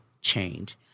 change